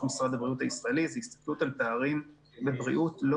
משרד הבריאות הישראלי זה הסתכלות על פערים בבריאות לא